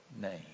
name